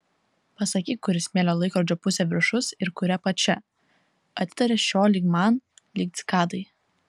pasakyk kuri smėlio laikrodžio pusė viršus ir kuri apačia atitaria šio lyg man lyg cikadai